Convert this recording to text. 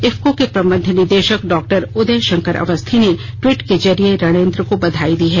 इफको के प्रबंध निदेशक डॉ उदय शंकर अवस्थी ने ट्वीट के जरिए रणेंद्र को बधाई दी है